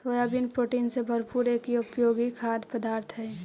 soybean protein से भरपूर एक उपयोगी खाद्य पदार्थ हई